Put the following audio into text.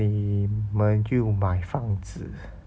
eh 买就买房子